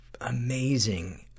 amazing